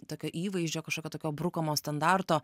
tokio įvaizdžio kažkokio tokio brukamo standarto